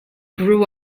grew